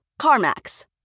CarMax